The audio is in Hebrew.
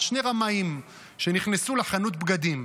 מספרים סיפור על שני רמאים שנכנסו לחנות בגדים.